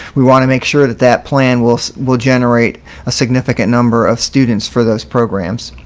we want to make sure that that plan will will generate a significant number of students for those programs.